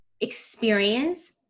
experience